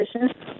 position